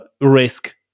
risk